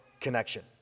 connection